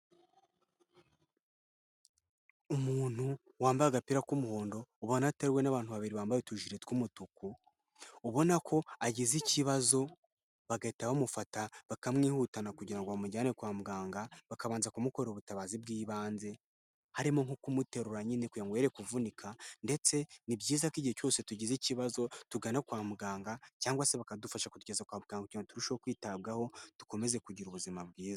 Umuntu wambaye agapira k'umuhondo, ubonatewe n'abantu babiri bambaye utujiri tw'umutuku. Ubona ko agize ikibazo bagahita bamufata bakamwihutana kugira ngo bamujyane kwa muganga, bakabanza kumukorera ubutabazi bw'ibanze. Harimo nko kumuterura nyine kugira ngo yere kuvunika. Ndetse ni byiza ko igihe cyose tugize ikibazo tugana kwa muganga, cyangwa se bakadufasha kutugeza kwa muganga kugira ngo turusheho kwitabwaho, dukomeze kugira ubuzima bwiza.